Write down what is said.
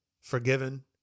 forgiven